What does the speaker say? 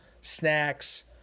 snacks